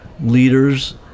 leaders